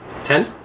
Ten